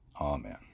Amen